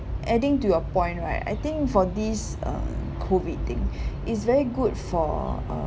adding to your point right I think for this uh COVID thing it's very good for uh